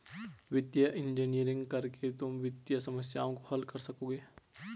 वित्तीय इंजीनियरिंग करके तुम वित्तीय समस्याओं को हल कर सकोगे